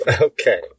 Okay